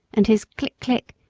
and his click, click,